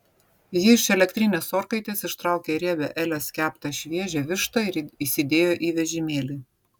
ji iš elektrinės orkaitės ištraukė riebią elės keptą šviežią vištą ir įsidėjo į vežimėlį